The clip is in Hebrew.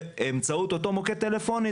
באמצעות אותו מוקד טלפוני,